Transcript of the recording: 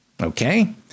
Okay